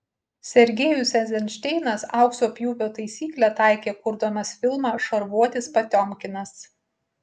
sergejus eizenšteinas aukso pjūvio taisyklę taikė kurdamas filmą šarvuotis potiomkinas